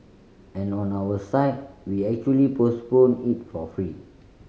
and on our side we actually postpone it for free